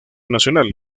nacional